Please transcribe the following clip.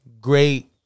great